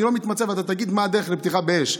אני לא מתמצא, ואתה תגיד מה הדרך לפתיחה באש.